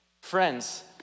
Friends